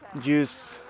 juice